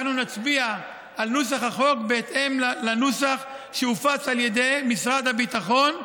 אנחנו נצביע על נוסח החוק בהתאם לנוסח שהופץ על ידי משרד הביטחון,